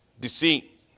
Deceit